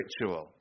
ritual